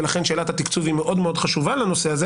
ולכן שאלת התקצוב היא מאוד מאוד חשובה לנושא הזה.